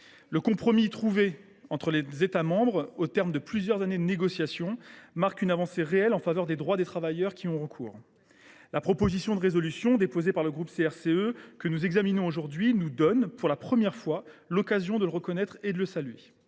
Le compromis trouvé par les États membres, au terme de plusieurs années de négociations, marque une avancée réelle pour les droits des travailleurs qui y ont recours. La proposition de résolution déposée par le groupe CRCE K, que nous examinons aujourd’hui, nous donne, pour la première fois, l’occasion de le reconnaître et de le saluer.